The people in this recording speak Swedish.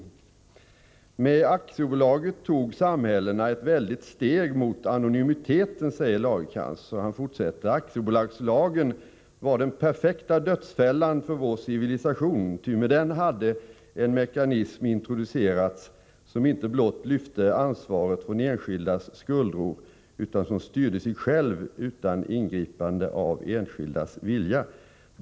Olof Lagercrantz säger: ”Med aktiebolaget tog samhällena ett väldigt steg mot anonymiteten.” Han fortsätter: ”Aktiebolagslagen var den perfekta dödsfällan för vår civilisation ty med den hade en mekanism introducerats som inte blott lyfte ansvaret från enskildas skuldror utan som styrde sig själv utan ingripande av enskildas vilja.